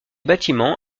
bâtiments